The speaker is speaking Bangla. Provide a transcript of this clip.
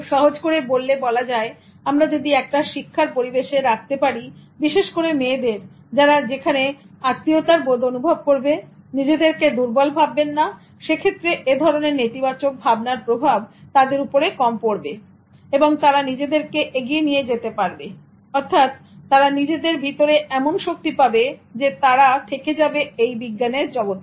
খুব সহজ করে বললে বলা যায় আমরা যদি একটা শিক্ষার পরিবেশে রাখতে পারি বিশেষ করে মেয়েদের যারা সেখানে আত্মীয়তার বোধ অনুভব করবেনিজেদেরকে দুর্বল ভাববেন না সে ক্ষেত্রে এ ধরনের নেতিবাচক ভাবনার প্রভাব তাদের উপরে কম পড়বে এবং তারা নিজেদেরকে এগিয়ে নিয়ে যেতে পারবে অর্থাৎ তারা নিজেদের ভিতরে এমন শক্তি পাবেযে তারা থেকে যাবে এ বিজ্ঞানের জগতে